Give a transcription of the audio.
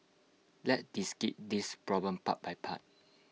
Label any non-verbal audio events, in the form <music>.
let's <unintelligible> this problem part by part